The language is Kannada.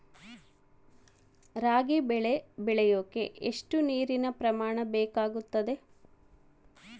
ರಾಗಿ ಬೆಳೆ ಬೆಳೆಯೋಕೆ ಎಷ್ಟು ನೇರಿನ ಪ್ರಮಾಣ ಬೇಕಾಗುತ್ತದೆ?